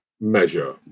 measure